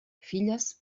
filles